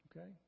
okay